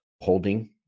holding